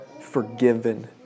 forgiven